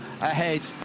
ahead